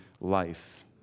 life